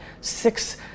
Six